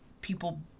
people